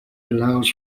allows